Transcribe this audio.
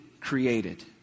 created